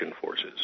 forces